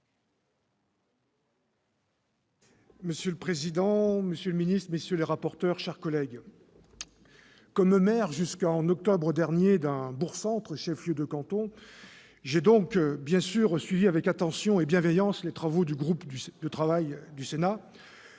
Monsieur le président, monsieur le ministre, chers collègues, comme maire jusqu'au mois d'octobre dernier d'un bourg-centre chef-lieu de canton, j'ai bien sûr suivi avec attention et bienveillance les travaux du groupe de travail du Sénat